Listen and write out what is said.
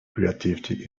creativity